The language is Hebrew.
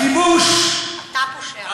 אתה הפושע.